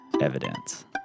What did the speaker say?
evidence